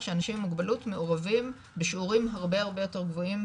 שאנשים עם מוגבלות מעורבים בשיעורים הרבה יותר גבוהים